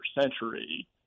century